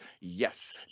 Yes